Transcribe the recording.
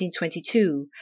1922